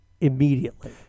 immediately